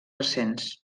recents